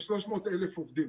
300,000 עובדים.